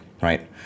right